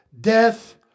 death